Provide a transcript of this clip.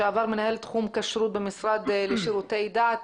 לשעבר מנהל תחום כשרות במשרד לשירותי דת.